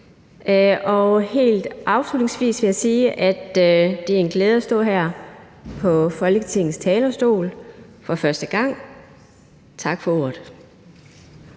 Helt afslutningsvis vil jeg sige, at det er en glæde at stå her på Folketingets talerstol for første gang. Tak for ordet.